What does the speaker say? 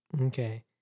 Okay